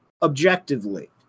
Objectively